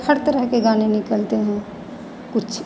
हर तरह के गाने निकलते हैं कुछ